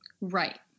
Right